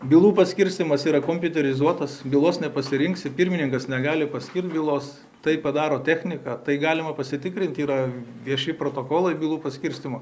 bylų paskirstymas yra kompiuterizuotas bylos nepasirinksi pirmininkas negali paskirt bylos tai padaro technika tai galima pasitikrinti yra vieši protokolai bylų paskirstymo